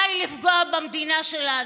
די לפגוע במדינה שלנו.